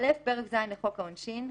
(א)פרק ז' לחוק העונשין,